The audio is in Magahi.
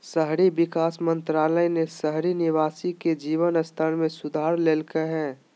शहरी विकास मंत्रालय ने शहरी निवासी के जीवन स्तर में सुधार लैल्कय हइ